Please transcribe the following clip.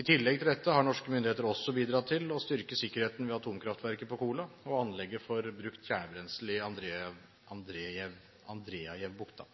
I tillegg til dette har norske myndigheter også bidratt til å styrke sikkerheten ved atomkraftverket på Kola og anlegget for brukt kjernebrensel i Andrejevabukta.